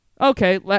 okay